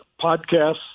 podcasts